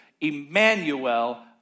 Emmanuel